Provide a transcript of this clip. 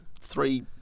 three